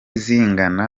zingana